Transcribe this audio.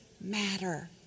matter